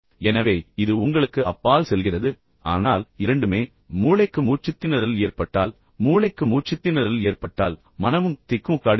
எனவே இது உங்களுக்கு அப்பால் செல்கிறது ஆனால் இரண்டுமே மூளைக்கு மூச்சுத்திணறல் ஏற்பட்டால் மூளைக்கு மூச்சுத்திணறல் ஏற்பட்டால் மனமும் திக்குமுக்காடுகிறது